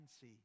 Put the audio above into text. see